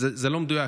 זה לא מדויק,